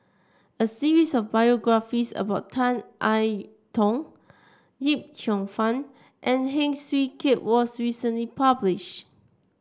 a series of biographies about Tan I Tong Yip Cheong Fun and Heng Swee Keat was recently published